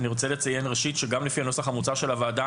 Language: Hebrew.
אני רוצה לציין שגם לפי הנוסח המוצע של הוועדה